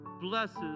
blesses